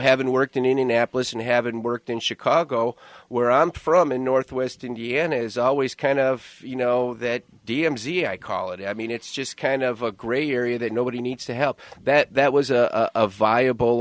having worked in indianapolis and having worked in chicago where i'm from in northwest indiana is always kind of you know that d m z i call it i mean it's just kind of a gray area that nobody needs to help that that was a viable